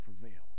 prevail